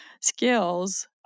skills